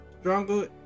stronger